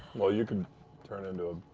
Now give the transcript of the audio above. well, you could turn into